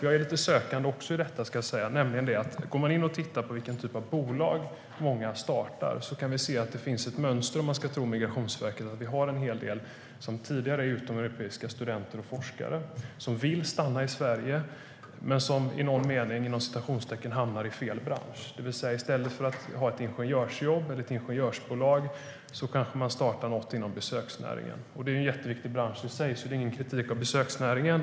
Jag är lite sökande i detta. När det gäller vilken typ av bolag många startar kan vi se att det finns ett mönster, om man ska tro Migrationsverket. Vi har en hel del utomeuropeiska studenter och forskare som vill stanna i Sverige men som i någon mening så att säga hamnar i fel bransch, det vill säga att de i stället för att ha ett ingenjörsjobb eller ett ingenjörsbolag kanske startar något inom besöksnäringen. Det är en jätteviktig bransch i sig. Det är därför ingen kritik av besöksnäringen.